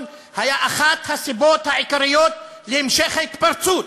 היה אחת הסיבות העיקריות להמשך ההתפרצות,